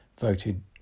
voted